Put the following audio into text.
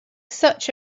such